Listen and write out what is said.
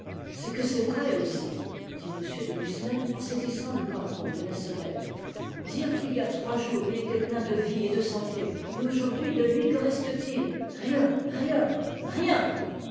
c'est que c'est vrai aussi dit m de lucenay en saisissant le cordon de la sonnette dire qu'il y a trois jours il était plein de vie et de santé et aujourd'hui de lui que reste-t-il rien rien rien